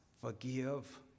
forgive